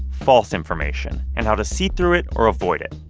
false information and how to see through it or avoid it.